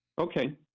Okay